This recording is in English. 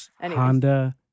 Honda